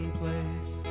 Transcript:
place